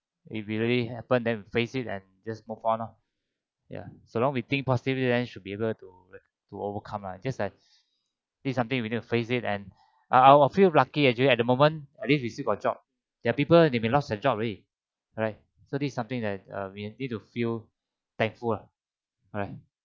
if it really happened then we face it and just move on oh ya so long we think positive then should be able to to overcome ah just like this something that we need to face it and I I'll feel lucky actually at the moment at least we still got job there are people they may lost their job already alright so this something that uh we need to feel thankful lah alright